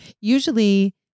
Usually